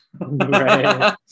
Right